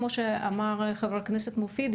כמו שאמר חה"כ מופיד,